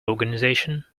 organisation